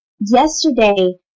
Yesterday